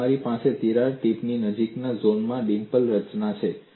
અને તમારી પાસે તિરાડ ટીપની નજીકના ઝોનમાં ડિમ્પલ રચના છે